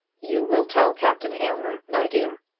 you will tell captain aylmer, my dear.